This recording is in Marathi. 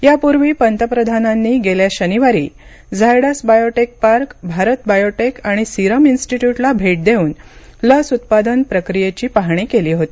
यापूर्वी पंतप्रधानांनी गेल्या शनिवारी Zydus biotech park Bharat biotech आणि सिरम इन्स्टिट्यूट इथं भेट देऊन लस उत्पादन प्रक्रियेची पाहणी केली होती